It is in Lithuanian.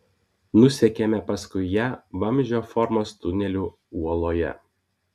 nusekėme paskui ją vamzdžio formos tuneliu uoloje